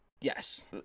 Yes